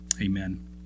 amen